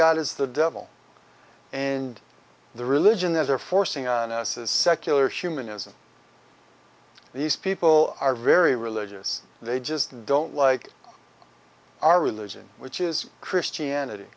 got is the devil and the religion that they're forcing on us is secular humanism these people are very religious they just don't like our religion which is christianity